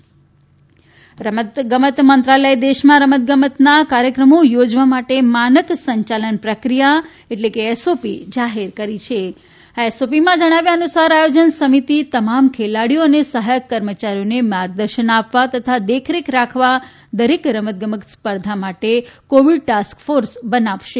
રમત મંત્રાલય રમત મંત્રાલયે દેશમાં રમતગમતના કાર્યક્રમો યોજવા માટે માનક સંચાલન પ્રક્રિયા એસઓપી જાહેર કરી છે આ એસઓપીમાં જણાવ્યા અનુસાર આયોજન સમિતિ તમામ ખેલાડીઓ અને સહાયક કર્મચારીઓને માર્ગદર્શન આપવા અને દેખરેખ રાખવા દરેક રમત ગમત સ્પર્ધા માટે કોવિડ ટાસ્ક ફોર્સ બનાવશે